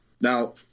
now